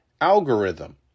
algorithm